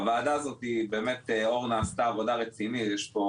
הוועדה הזאת אורנה עשתה עבודה רצינית יש פה